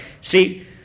See